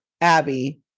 Abby